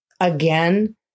again